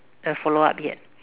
the follow up yet